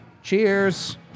Cheers